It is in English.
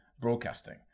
broadcasting